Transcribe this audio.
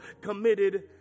committed